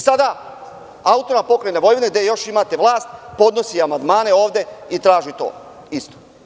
Sada, AP Vojvodina, gde još imate vlast, podnosi amandmane ovde i traži to isto.